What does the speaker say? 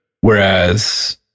whereas